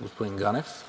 господин Ганев.